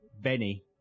Benny